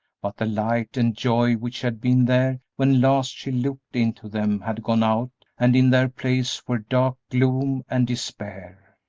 but the light and joy which had been there when last she looked into them had gone out and in their place were dark gloom and despair.